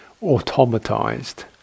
automatized